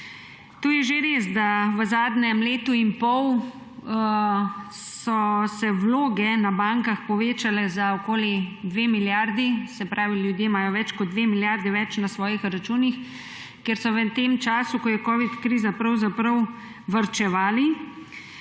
Je že res, da so se v zadnjem letu in pol vloge na bankah povečale za okoli 2 milijardi, se pravi ljudje imajo več kot 2 milijardi več na svojih računih, ker so v tem času, ko je covid kriza, pravzaprav varčevali,